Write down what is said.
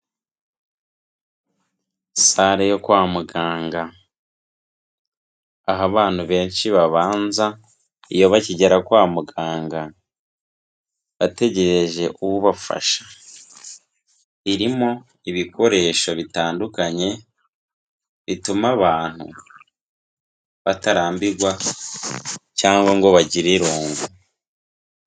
Sare yo kwa muganga, aho abantu benshi babanza iyo bakigera kwa muganga bategereje ubafasha, irimo ibikoresho bitandukanye, bituma abantu batarambirwa cyangwa ngo bagire irungu.